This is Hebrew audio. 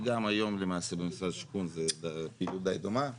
וגם היום למעשה במשרד השיכון זו פעילות די דומה.